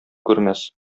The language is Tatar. күрмәс